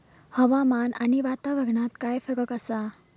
हवामान आणि वातावरणात काय फरक असा?